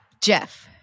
Jeff